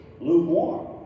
lukewarm